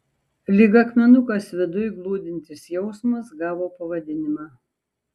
lyg akmenukas viduj glūdintis jausmas gavo pavadinimą